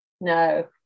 No